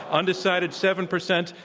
undecided seven percent.